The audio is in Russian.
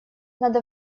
надо